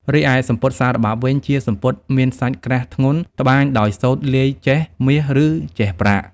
រីឯសំពត់ សារបាប់វិញជាសំពត់មានសាច់ក្រាស់ធ្ងន់ ត្បាញដោយសូត្រលាយចេសមាសឬចេសប្រាក់។